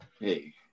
Hey